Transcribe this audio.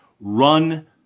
run